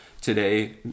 today